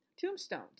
tombstones